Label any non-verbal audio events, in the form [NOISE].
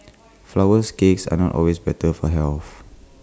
[NOISE] Flourless Cakes are not always better for health